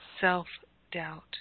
self-doubt